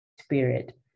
spirit